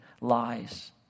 lies